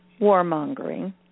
warmongering